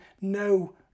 no